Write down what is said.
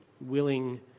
willing